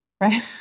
right